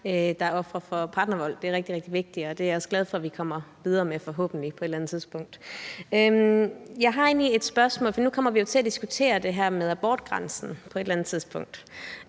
der er ofre for partnervold. Det er rigtig, rigtig vigtigt, og det er jeg også glad for at vi forhåbentlig kommer videre med på et eller andet tidspunkt. Jeg har egentlig et spørgsmål, for nu kommer vi jo til at diskutere det her med abortgrænsen på et eller andet tidspunkt,